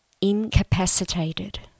incapacitated